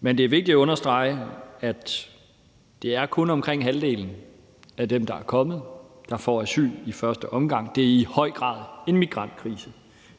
men det er vigtigt at understrege, at det kun er omkring halvdelen af dem, der er kommet, der får asyl i første omgang. Det er i høj grad en migrantkrise.